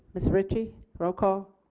ms. ritchie roll call.